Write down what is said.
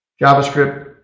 JavaScript